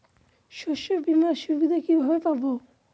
শস্যবিমার সুবিধা কিভাবে পাবো?